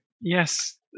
Yes